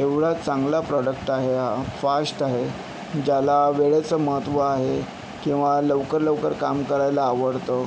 एवढा चांगला प्रॉडक्ट आहे हा फाष्ट आहे ज्याला वेळेचं महत्व आहे किंवा लवकर लवकर काम करायला आवडतं